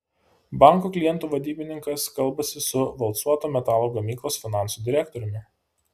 banko klientų vadybininkas kalbasi su valcuoto metalo gamyklos finansų direktoriumi